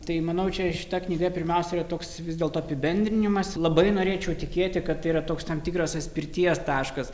tai manau čia šita knyga pirmiausia yra toks vis dėl to apibendrinimas labai norėčiau tikėti kad tai yra toks tam tikras atspirties taškas